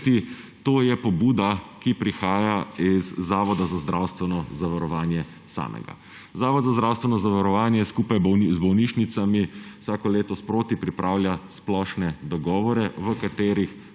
To je pobuda, ki prihaja iz Zavoda za zdravstveno zavarovanje samega. Zavod za zdravstveno zavarovanje skupaj z bolnišnicami vsako leto sproti pripravlja splošne dogovore, v katerih